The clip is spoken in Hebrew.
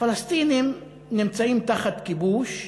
הפלסטינים נמצאים תחת כיבוש,